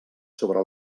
sobre